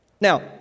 Now